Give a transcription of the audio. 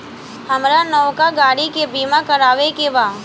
हामरा नवका गाड़ी के बीमा करावे के बा